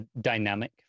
dynamic